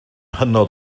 hynod